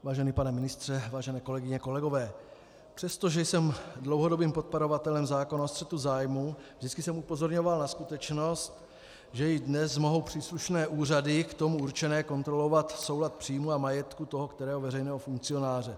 Vážený pane ministře, vážené kolegyně, kolegové, přestože jsem dlouhodobým podporovatelem zákona o střetu zájmů, vždycky jsem upozorňoval na skutečnost, že i dnes mohou příslušné úřady k tomu určené kontrolovat soulad příjmů a majetku toho kterého veřejného funkcionáře.